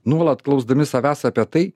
nuolat klausdami savęs apie tai